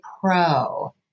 pro